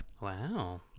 Wow